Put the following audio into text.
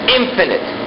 infinite